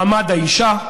ובהם מעמד האישה.